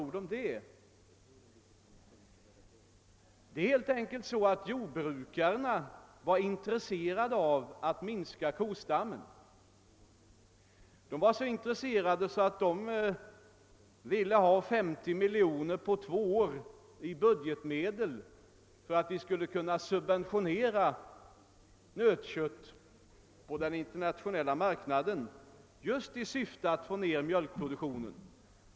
Jordbrukarna var helt enkelt så intresserade av att minska kostammen att de i budgetmedel ville ha 50 miljoner kronor på två år för att kunna subventionera nötkött på den internationella marknaden, just i syfte att få ned mjölkproduktionen.